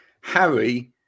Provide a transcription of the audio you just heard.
harry